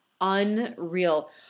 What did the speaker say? unreal